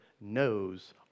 knows